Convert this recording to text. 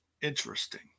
Interesting